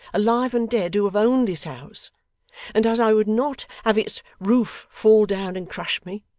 alive and dead, who have owned this house and as i would not have its roof fall down and crush me,